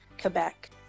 Quebec